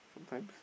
sometimes